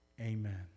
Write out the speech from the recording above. Amen